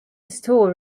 store